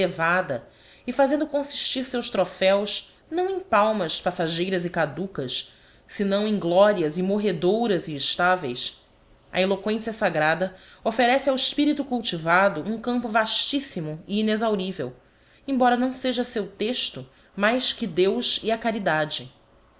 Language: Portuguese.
elevada e fazendo consistir seus trophéos não em palmas passageiras e caducas senão em glorias immonedouras e estáveis a eloquência sagrada offerece ao espirito cultivado um campo vastíssimo e inexhaurivel embora não seja seu texto mais que deus e a caridade